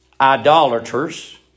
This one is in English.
idolaters